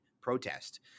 protest